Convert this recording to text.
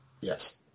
Yes